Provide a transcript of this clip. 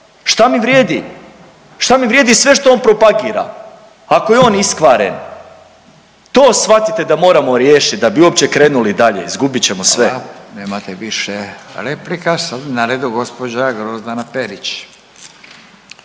Šta mi vrijedi? Šta mi vrijedi sve on propagira, ako je on iskvaren? To shvatite da moramo riješit da bi uopće krenuli dalje. Izgubit ćemo sve. **Radin, Furio (Nezavisni)** Hvala, nemate